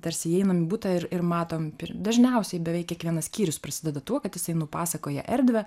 tarsi įeinam į butą ir ir matom dažniausiai beveik kiekvienas skyrius prasideda tuo kad jisai nupasakoja erdvę